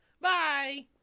Bye